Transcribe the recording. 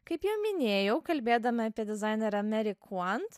kaip jau minėjau kalbėdami apie dizainerę meri kuant